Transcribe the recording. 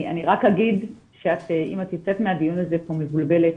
אני רק אגיד שאם את יוצאת מהדיון הזה מבולבלת,